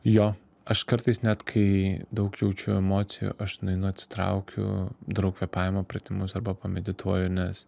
jo aš kartais net kai daug jaučiu emocijų aš nueinu atsitraukiu darau kvėpavimo pratimus arba pamedituoju nes